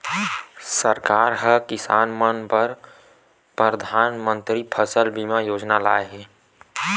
सरकार ह किसान मन बर परधानमंतरी फसल बीमा योजना लाए हे